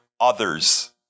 others